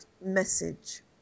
message